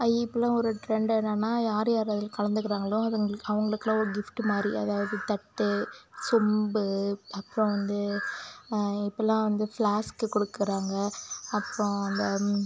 ஐ இப்பெல்லாம் ஒரு ட்ரெண்ட் என்னென்னா யார் யார் அதில் கலந்துக்கிறாங்களோ அதுங்கள் அவர்களுக்குலாம் ஒரு கிஃப்ட்டு மாதிரி அதாவது தட்டு சொம்பு அப்புறம் வந்து இப்பெல்லாம் வந்து ஃபிளாஸ்க்கு கொடுக்குறாங்க அப்புறம் இந்த